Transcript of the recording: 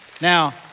Now